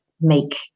make